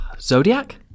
Zodiac